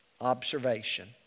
observation